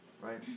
right